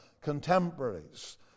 contemporaries